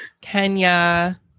Kenya